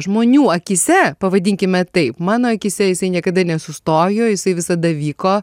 žmonių akyse pavadinkime taip mano akyse jisai niekada nesustojo jisai visada vyko